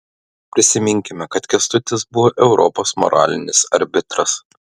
prisiminkime kad kęstutis buvo europos moralinis arbitras